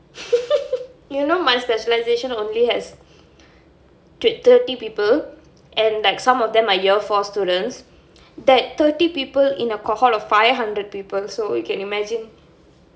you know my specialisation only has thirty people and like some of them are year four students that thirty people in a cohort of five hundred people so you can imagine